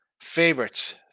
favorites